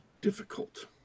difficult